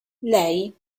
lei